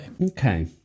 Okay